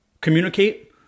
communicate